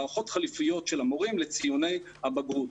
הערכות חלופיות של המורים לציוני הבגרות.